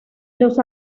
los